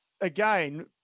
again